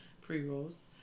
pre-rolls